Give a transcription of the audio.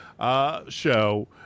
show